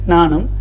Nanam